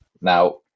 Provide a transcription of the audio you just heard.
Now